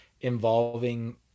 involving